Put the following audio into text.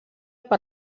per